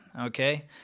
okay